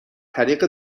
طریق